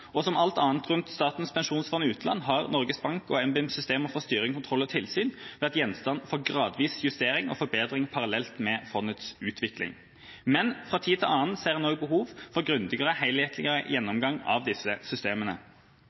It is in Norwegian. Og som alt annet rundt Statens pensjonsfond utland har Norges Bank og NBIMs system for styring, kontroll og tilsyn vært gjenstand for gradvis justering og forbedring parallelt med fondets utvikling. Men fra tid til annen ser en også behov for en grundigere helhetlig gjennomgang av disse systemene.